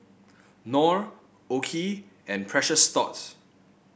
Knorr OKI and Precious Thots